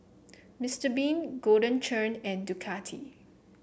Mister Bean Golden Churn and Ducati